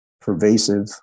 pervasive